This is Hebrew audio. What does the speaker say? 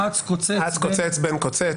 אָץ קוֹצֵץ בֶּן --- אָץ קוֹצֵץ בֶּן קוֹצֵץ,